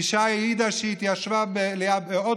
אישה העידה שהיא התיישבה באוטובוס,